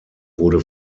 wurde